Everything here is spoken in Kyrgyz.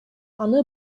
аны